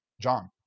John